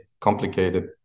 complicated